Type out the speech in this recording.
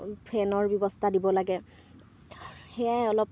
ফেনৰ ব্যৱস্থা দিব লাগে সেয়াই অলপ